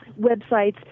websites